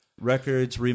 Records